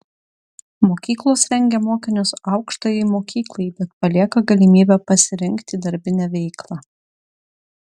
mokyklos rengia mokinius aukštajai mokyklai bet palieka galimybę pasirinkti darbinę veiklą